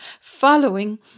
following